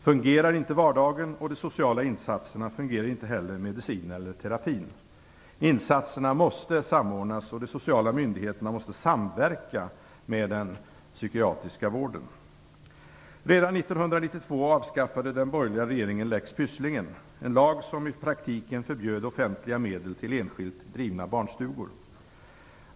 Fungerar inte vardagen och de sociala insatserna, fungerar inte heller medicin eller terapi. Insatserna måste samordnas, och de sociala myndigheterna måste samverka med den psykiatriska vården. Redan 1992 avskaffade den borgerliga regeringen Lex Pysslingen - en lag som i praktiken förbjöd offentliga medel till enskilt drivna barnstugor.